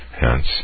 Hence